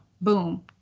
boom